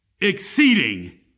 exceeding